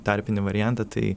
tarpinį variantą tai